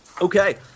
Okay